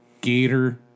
Gator